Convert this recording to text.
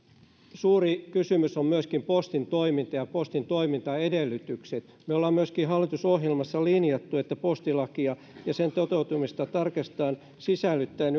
suuri kysymys on myöskin postin toiminta ja postin toimintaedellytykset me olemme myöskin hallitusohjelmassa linjanneet että postilakia ja sen toteutumista tarkastetaan sisällyttäen